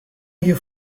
you